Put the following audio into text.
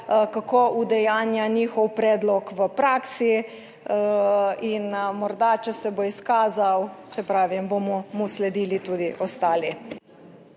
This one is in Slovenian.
kako udejanja njihov predlog v praksi in morda, če se bo izkazal, saj pravim, bomo mu sledili **110.